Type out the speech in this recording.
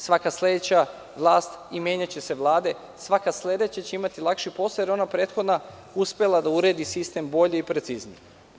Svaka sledeća vlast, menjaće se vlade, će imati lakši posao jer je ona prethodna uspela da uredi sistem bolje i preciznije.